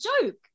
joke